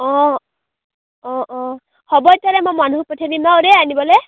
অঁ অঁ অঁ হ'ব তেতিয়াহ'লে মই মানুহ পঠিয়াই দিম বাৰু দেই আনিবলৈ